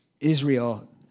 Israel